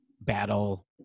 battle